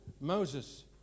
Moses